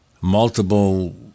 multiple